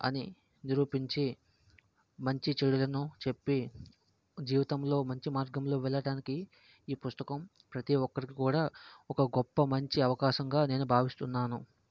అని నిరూపించి మంచి చెడులను చెప్పి జీవితంలో మంచి మార్గంలో వెళ్ళాటానికి ఈ పుస్తకం ప్రతి ఒక్కరికి కూడా ఒక గొప్ప మంచి అవకాశంగా నేను భావిస్తున్నాను